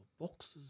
Boxes